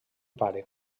pare